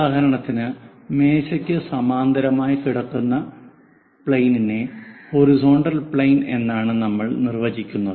ഉദാഹരണത്തിന് മേശയ്ക്ക് സമാന്തരമായി കിടക്കുന്ന പ്ലെയിനിനെ ഹൊറിസോണ്ടൽ പ്ലെയിൻ എന്നാണ് നമ്മൾ നിർവചിക്കുന്നത്